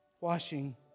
washing